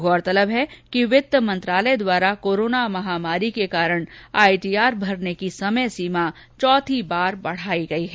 गौरतलब है कि वित्त मंत्रालय द्वारा कोरोना महामारी के कारण आईटीआर भरने की समय सीमा चौथी बार बढ़ाई गई है